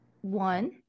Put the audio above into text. one